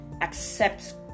accept